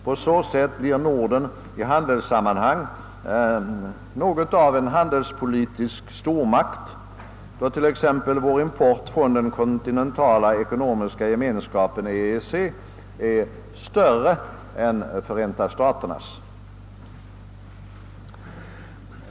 På så sätt blir Norden något av en handelspolitisk stormakt, eftersom t.ex. vår import från den kontinentala ekonomiska gemenskapen EEC är större än Förenta staternas.